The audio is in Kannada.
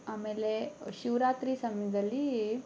ಆಮೇಲೆ ಶಿವರಾತ್ರಿ ಸಮಯದಲ್ಲಿ